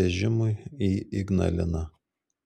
vežimui į ignaliną